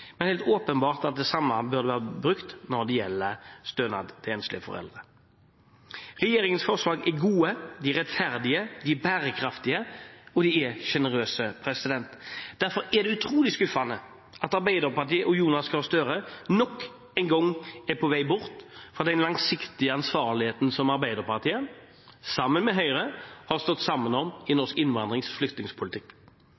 men det er helt åpenbart at man burde gjøre det samme når det gjelder stønad til enslige foreldre. Regjeringens forslag er gode, de er rettferdige, de er bærekraftige, og de er generøse. Derfor er det utrolig skuffende at Arbeiderpartiet og Jonas Gahr Støre nok en gang er på vei bort fra den langsiktige ansvarligheten som Arbeiderpartiet, sammen med Høyre, har stått sammen om i